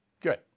Good